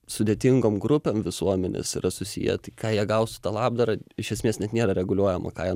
sudėtingom grupėm visuomenės yra susiję tai ką jie gaus su ta labdara iš esmės net nėra reguliuojama ką jie